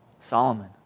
Solomon